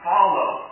Follow